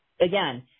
again